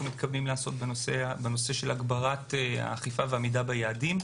מתכוונים לעשות בנושא של הגברת האכיפה ועמידה ביעדים,